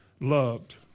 loved